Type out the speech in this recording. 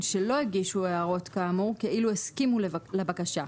שלא הגישו הערות כאמור כאילו הסכימו לבקשה,